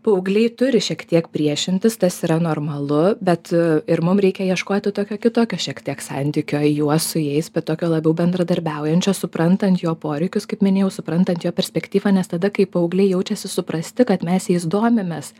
paaugliai turi šiek tiek priešintis tas yra normalu bet e ir mum reikia ieškoti tokio kitokio šiek tiek santykio į juos su jais bet tokio labiau bendradarbiaujančio suprantant jo poreikius kaip minėjau suprantant jo perspektyvą nes tada kai paaugliai jaučiasi suprasti kad mes jais domimės